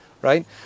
right